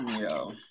Yo